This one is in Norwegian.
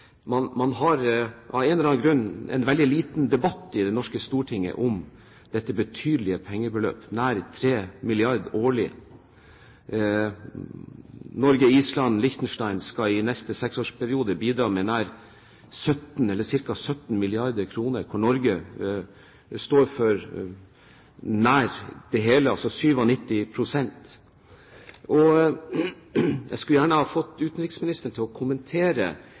Man har av en eller annen grunn veldig lite debatt i Det norske storting om dette betydelige pengebeløpet, nær 3 mrd. kr årlig. Norge, Island og Liechtenstein skal i neste seksårsperiode bidra med ca. 17 mrd. kr, hvorav Norge skal stå for nær det hele, altså 97 pst. Jeg skulle gjerne ha fått utenriksministeren til å kommentere